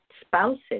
spouses